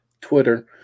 Twitter